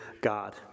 God